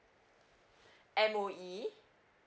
M_O_E